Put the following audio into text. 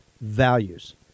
values